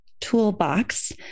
toolbox